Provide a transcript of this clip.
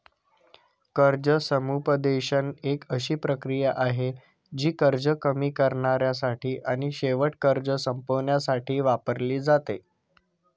कर्ज समुपदेशन एक अशी प्रक्रिया आहे, जी कर्ज कमी करण्यासाठी आणि शेवटी कर्ज संपवण्यासाठी वापरली जाते